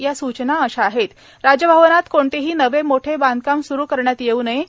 या सूचना अशा आहेत राजभवनात कोणतेही नवे मोठे बांधकाम सूरु करण्यात येऊ नये